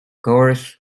chorus